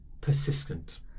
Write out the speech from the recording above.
persistent